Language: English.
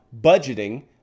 budgeting